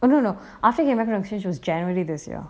oh no no no I think the exchange was january this year